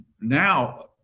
now